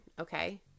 okay